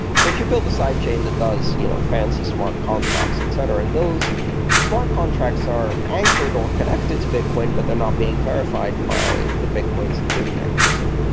so if you build the sidechain that does you no fancy, smart contracts, etc, and those smart contracts are anchored or connected to bitcoin but they're not being verified by the bitcoin security mechanism,